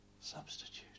substitute